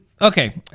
okay